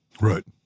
Right